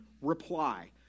reply